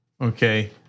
okay